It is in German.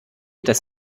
das